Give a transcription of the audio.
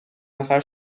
نفر